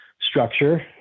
structure